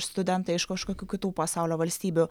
studentai iš kažkokių kitų pasaulio valstybių